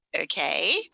okay